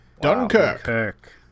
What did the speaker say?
Dunkirk